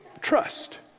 trust